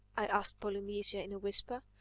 i asked polynesia in a whisper.